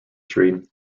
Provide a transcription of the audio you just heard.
tree